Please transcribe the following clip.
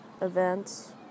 events